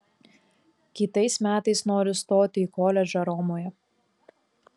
kitais metais noriu stoti į koledžą romoje